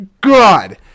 God